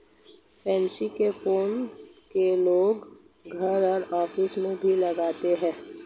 pansy के फूल को लोग घर और ऑफिस में भी लगाते है